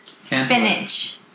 Spinach